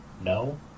No